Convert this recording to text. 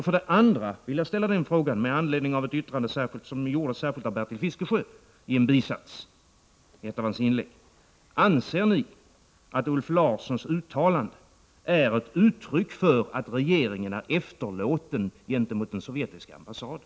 För det andra vill jag med anledning av ett yttrande som gjordes av Bertil Fiskesjö i en bisats i ett av hans inlägg ställa frågan: Anser ni att Ulf Larssons uttalande är ett uttryck för att regeringen är efterlåten gentemot den sovjetiska ambassaden?